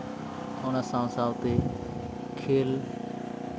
ᱚᱱᱟ ᱥᱟᱶ ᱥᱟᱶᱛᱮ ᱠᱷᱮᱞ